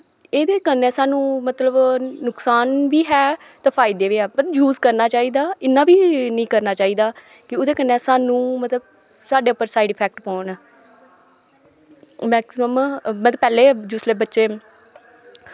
एह्दे कन्नै साह्नू मतलव नुक्सान बी है फायदे बी है पर यूज करना चाही दा इन्ना बी नी करना चाही दा कि ओह्दे कन्नै साह्नू साढ़े पर साइड ऐफैक्ट पौन मैकसिमम मतलव पैह्ले बच्चे